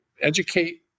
educate